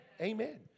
Amen